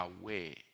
away